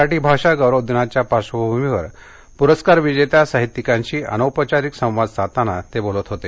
मराठी भाषा गौरव दिनाच्या पार्श्वभूमीवर पुरस्कार विजेत्या साहित्यिकांशी अनौपचारिक संवाद साधताना ते बोलत होते